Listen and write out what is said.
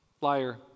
liar